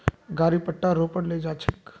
गाड़ी पट्टा रो पर ले जा छेक